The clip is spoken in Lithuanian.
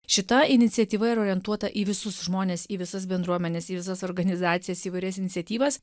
šita iniciatyva yra orientuota į visus žmones į visas bendruomenes į visas organizacijas įvairias iniciatyvas